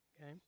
okay